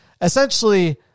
essentially